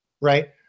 right